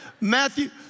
Matthew